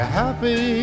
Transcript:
happy